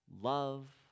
love